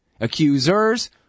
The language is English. Accusers